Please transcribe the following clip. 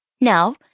Now